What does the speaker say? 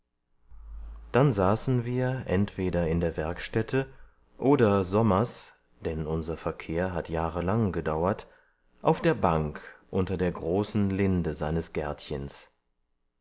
dann saßen wir entweder in der werkstätte oder sommers denn unser verkehr hat jahrelang gedauert auf der bank unter der großen linde seines gärtchens